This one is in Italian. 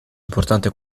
importante